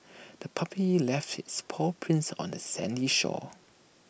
the puppy left its paw prints on the sandy shore